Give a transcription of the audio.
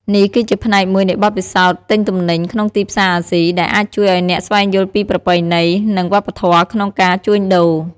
នេះគឺជាផ្នែកមួយនៃបទពិសោធន៍ទិញទំនិញក្នុងទីផ្សារអាស៊ី ដែលអាចជួយឱ្យអ្នកស្វែងយល់ពីប្រពៃណី និងវប្បធម៌ក្នុងការជួញដូរ។